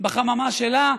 בחממה שלה,